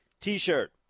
T-shirt